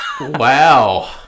Wow